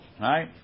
Right